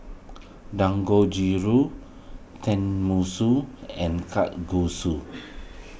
Dangojiru Tenmusu and Kalguksu